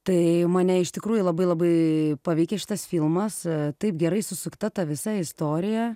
tai mane iš tikrųjų labai labai paveikė šitas filmas taip gerai susukta ta visa istorija